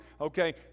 Okay